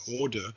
order